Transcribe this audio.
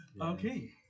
Okay